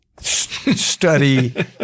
study